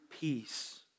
peace